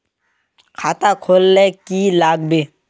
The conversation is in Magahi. खाता खोल ले की लागबे?